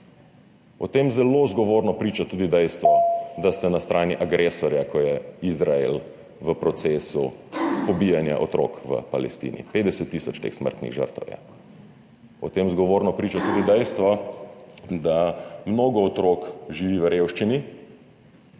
O tem zelo zgovorno priča tudi dejstvo, da ste na strani agresorja, ko je Izrael v procesu pobijanja otrok v Palestini, 50 tisoč teh smrtnih žrtev je. O tem zgovorno priča tudi dejstvo, da mnogo otrok živi v revščini,